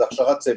זה הכשרת צוות.